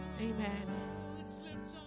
Amen